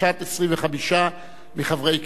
הכנסת 5 מזכירת הכנסת ירדנה מלר-הורוביץ: